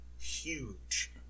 huge